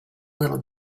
little